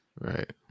Right